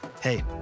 Hey